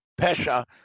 pesha